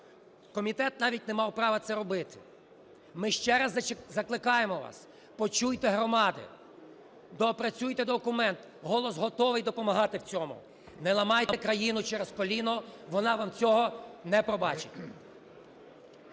Комітет навіть не мав права це робити. Ми ще раз закликаємо вас, почуйте громади, доопрацюйте документ. "Голос" готовий допомагати в цьому. Не ламайте країну через коліно, вона вам цього не пробачить.